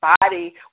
body